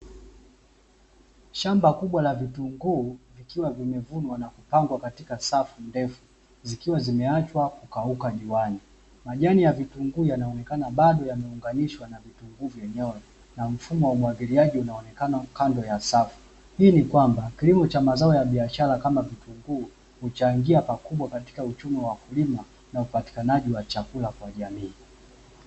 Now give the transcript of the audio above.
Shamba kubwa la vitunguu likiwa vimevunwa na kupangwa katika safu ndefu zikiwa zimeachwa kukauka juani majani ya vitunguu yanaonekana bado yameunganishwa na vitunguu vyenyewe na mfumo wa umwagiliaji unaonekana kando ya safu hii ni kwamba kilimo cha mazao ya biashara kama vitukuu huchangia pakubwa katika uchumi wa mkulima na upatikanaji wa chakula kwa jamii.